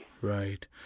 Right